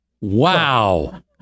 wow